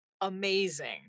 amazing